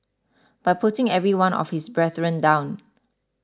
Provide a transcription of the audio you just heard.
by putting every one of his brethren down